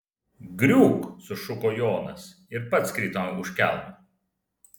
griūk sušuko jonas ir pats krito už kelmo